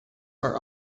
are